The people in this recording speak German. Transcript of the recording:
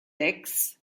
sechs